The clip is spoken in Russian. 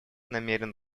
намерен